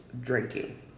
drinking